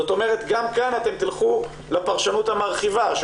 זאת אומרת גם כאן אתם תלכו לפרשנות המרחיבה,